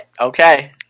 Okay